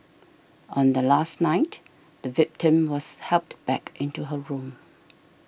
on the last night the victim was helped back into her room